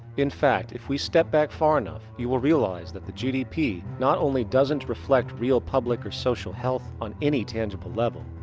in fact, if we step back far enough you will realize that the gdp. not only doesn't reflect real public or social health on any tangible level,